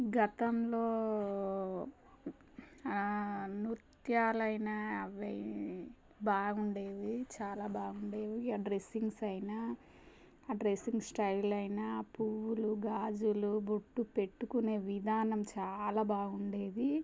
గతంలో నృత్యాలు అయినా అవి బాగుండేవి చాలా బాగుండేవి ఆ డ్రెస్సింగ్స్ అయినా ఆ డ్రెస్సింగ్ స్టైల్ అయినా ఆ పువ్వులు గాజులు బొట్టు పెట్టుకునే విధానం చాలా బాగుండేది